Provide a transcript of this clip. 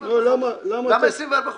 האמורה." למה 24 חודשים?